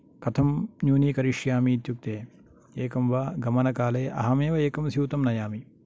कथं न्यूनिकरिष्यामि इत्युक्ते एकं वा गमनकाले अहमेव एकं स्यूतं नयामि